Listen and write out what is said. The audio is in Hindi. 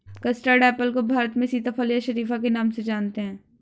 कस्टर्ड एप्पल को भारत में सीताफल या शरीफा के नाम से जानते हैं